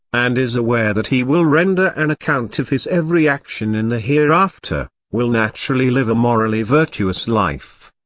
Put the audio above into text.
and is aware that he will render an account of his every action in the hereafter, will naturally live a morally virtuous life.